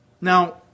Now